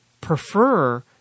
prefer